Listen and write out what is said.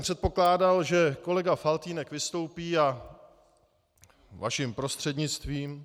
Předpokládal jsem, že kolega Faltýnek vystoupí, vaším prostřednictvím, a